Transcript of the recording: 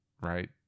Right